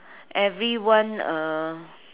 everyone uh